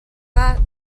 that